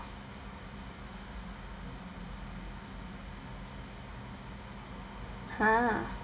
!huh!